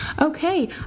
Okay